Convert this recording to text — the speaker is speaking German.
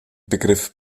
begriff